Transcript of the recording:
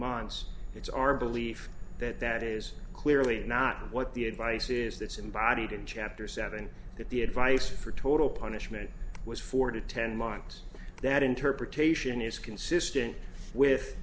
months it's our belief that that is clearly not what the advice is that's embodied in chapter seven that the advice for total punishment was four to ten months that interpretation is consistent with